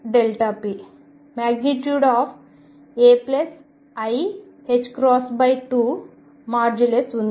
ai2 modulus ఉంది